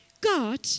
God